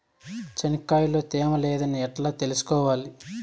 చెనక్కాయ లో తేమ లేదని ఎట్లా తెలుసుకోవాలి?